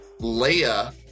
Leia